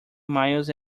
miles